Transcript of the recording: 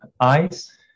Eyes